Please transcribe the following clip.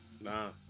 Nah